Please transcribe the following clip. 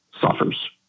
suffers